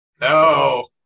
no